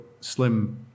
slim